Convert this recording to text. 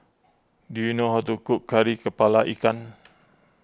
do you know how to cook Kari Kepala Ikan